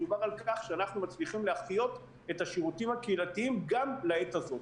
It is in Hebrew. מדובר על כך שאנחנו מצליחים להחיות את השירותים הקהילתיים גם לעת הזו.